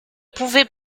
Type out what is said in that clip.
pouvait